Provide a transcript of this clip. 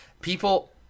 People